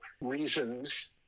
reasons